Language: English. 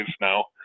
now